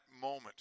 moment